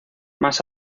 más